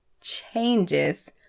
changes